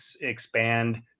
expand